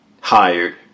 hired